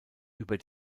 über